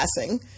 passing